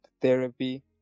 therapy